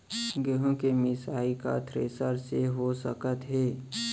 गेहूँ के मिसाई का थ्रेसर से हो सकत हे?